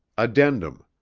addendum